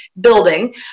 building